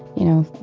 you know,